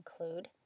include